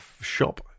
shop